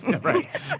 Right